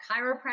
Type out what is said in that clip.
chiropractic